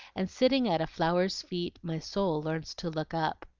and sitting at a flower's feet, my soul learns to look up.